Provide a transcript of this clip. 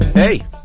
Hey